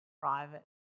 private